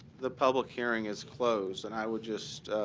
the public hearing is closed. and i will just